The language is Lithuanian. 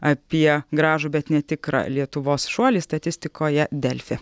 apie gražų bet netikrą lietuvos šuolį statistikoje delfi